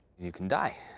you can die.